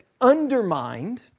undermined